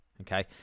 okay